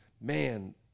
man